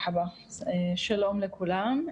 שלום לכולם.